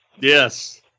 yes